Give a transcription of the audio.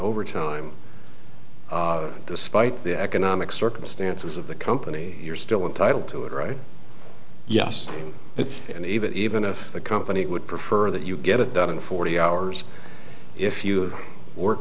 overtime despite the economic circumstances of the company you're still entitle to it right yes it and even even if a company would prefer that you get it done in forty hours if you work